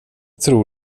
tror